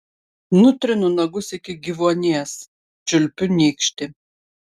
nutrinu nagus iki gyvuonies čiulpiu nykštį